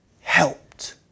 helped